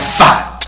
fight